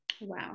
Wow